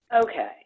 Okay